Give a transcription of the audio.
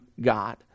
God